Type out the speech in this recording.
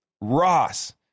Ross